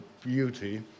beauty